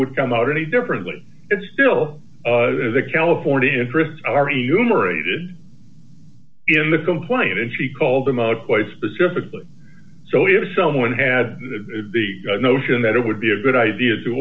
would come out any differently it still has the california interests are the numerated in the complaint and she called him out quite specifically so if someone had the notion that it would be a good idea to